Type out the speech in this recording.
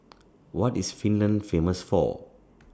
What IS Finland Famous For